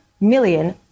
million